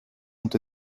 ont